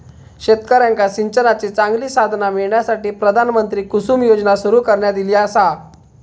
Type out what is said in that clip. शेतकऱ्यांका सिंचनाची चांगली साधना मिळण्यासाठी, प्रधानमंत्री कुसुम योजना सुरू करण्यात ईली आसा